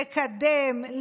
לקדם,